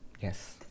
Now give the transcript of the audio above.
Yes